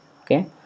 okay